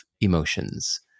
emotions